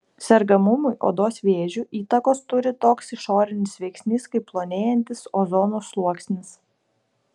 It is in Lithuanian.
sergamumui odos vėžiu įtakos turi toks išorinis veiksnys kaip plonėjantis ozono sluoksnis